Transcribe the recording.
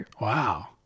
Wow